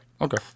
Okay